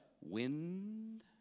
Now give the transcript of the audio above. wind